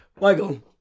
Michael